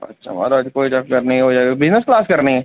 अच्छा म्हाराज कोई गल्ल निं होई जाह्ग बिज़नेस क्लॉस करनी